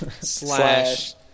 slash